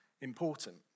important